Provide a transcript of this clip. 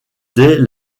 dès